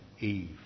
Eve